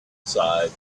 sighed